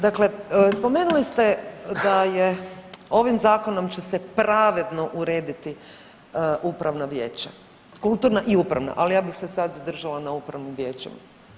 Dakle spomenuli ste da je, ovim zakonom će se pravedno urediti upravna vijeća, kulturna i upravna, al ja bih se sad zadržala na upravnim vijećima.